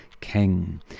king